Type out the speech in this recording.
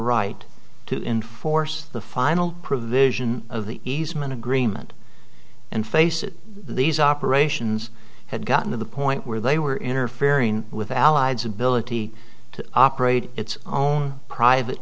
right to enforce the final provision of the easement agreement and face it these operations had gotten to the point where they were interfering with allies ability to operate its own private